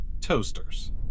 Toasters